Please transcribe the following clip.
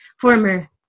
former